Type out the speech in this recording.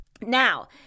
Now